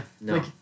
No